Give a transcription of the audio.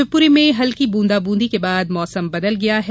शिवपुरी में हल्की ब्रंदाबांदी के बाद मौसम बदल गया है